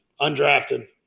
undrafted